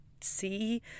see